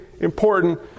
important